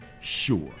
sure